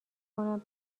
کنم